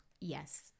Yes